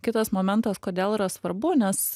kitas momentas kodėl yra svarbu nes